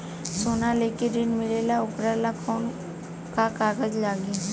सोना लेके ऋण मिलेला वोकरा ला का कागज लागी?